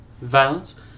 violence